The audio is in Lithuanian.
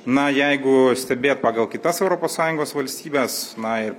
na jeigu stebėt pagal kitas europos sąjungos valstybes na ir